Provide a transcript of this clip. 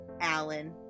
Alan